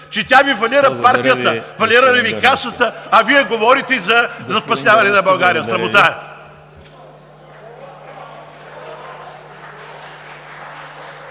Че тя Ви фалира партията, фалира Ви Касата, а Вие говорите за запасяване на България. Срамота е!